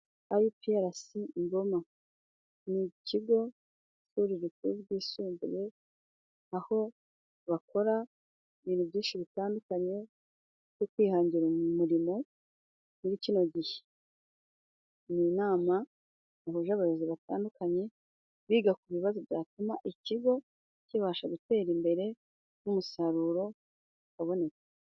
Ayipi arasi i ngoma n' ikigo cy'ishuri rikuru ryisumbuye aho bakora ibintu byinshi bitandukanye byo kwihangira umurimo muri kino gihe n'inama yahuje abayobozi batandukanye biga ku bibazo byatuma ikigo kibasha gutera imbere n'umusaruro wabonetse.